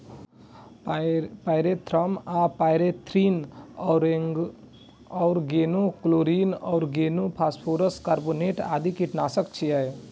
pyrethrum आ pyrethrin, organochlorine, organophosphorus, carbamate आदि कीटनाशक छियै